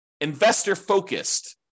investor-focused